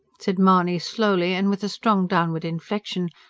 said mahony slowly and with a strong downward inflection,